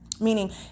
Meaning